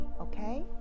okay